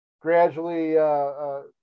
gradually